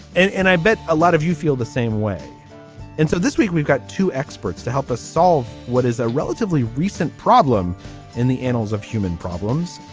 and and i bet a lot of you feel the same way and so this week we've got two experts to help us solve what is a relatively recent problem in the annals of human problems.